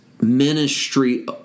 ministry